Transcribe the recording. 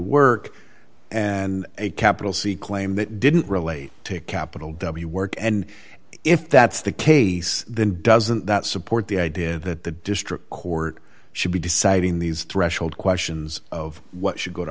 work and a capital c claim that didn't relate to capital w work and if that's the case then doesn't that support the idea that the district court should be deciding these threshold questions of what should go to